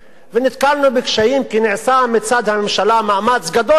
ונתקלנו בקשיים כי נעשה מצד הממשלה מאמץ גדול גם